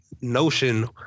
notion